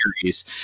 series